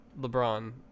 LeBron